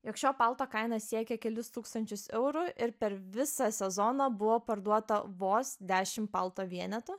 jog šio palto kaina siekia kelis tūkstančius eurų ir per visą sezoną buvo parduota vos dešim palto vienetų